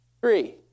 Three